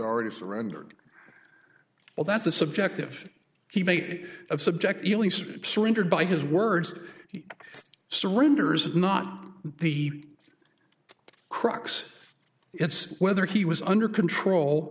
already surrendered well that's a subjective he may have subject ellingson surrendered by his words he surrenders is not the crux it's whether he was under control